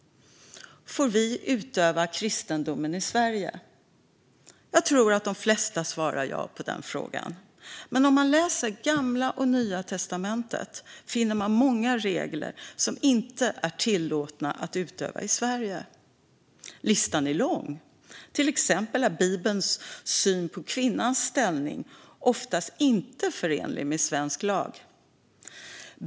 Får vi utöva kristendomen i Sverige? Jag tror att de flesta svarar ja på den frågan. Men om man läser Gamla och Nya Testamentet finner man många regler som inte är tillåtna att utöva i Sverige. Listan är lång. Till exempel är Bibelns syn på kvinnans ställning oftast inte förenlig med svensk lag.